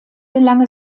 gelang